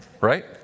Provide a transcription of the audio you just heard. Right